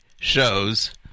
shows